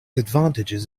advantages